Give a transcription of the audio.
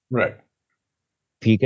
right